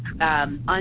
On